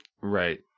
right